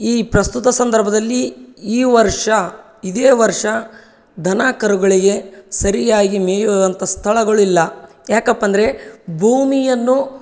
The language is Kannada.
ಈ ಪ್ರಸ್ತುತ ಸಂದರ್ಭದಲ್ಲಿ ಈ ವರ್ಷ ಇದೇ ವರ್ಷ ದನ ಕರುಗಳಿಗೆ ಸರಿಯಾಗಿ ಮೇಯುವಂಥ ಸ್ಥಳಗಳಿಲ್ಲ ಯಾಕಪ್ಪ ಅಂದರೆ ಭೂಮಿಯನ್ನು